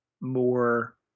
more